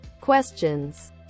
questions